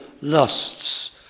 lusts